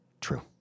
true